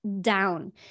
down